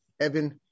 Evan